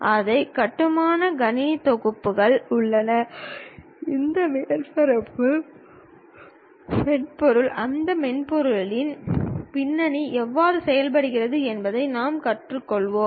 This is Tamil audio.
அதைக் கட்டமைக்க கணினி தொகுப்புகள் உள்ளன இந்த மென்பொருள் அந்த மென்பொருளின் பின்னணி எவ்வாறு செயல்படுகிறது என்பதை நாம் கற்றுக்கொள்வோம்